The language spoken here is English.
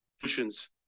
solutions